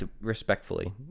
respectfully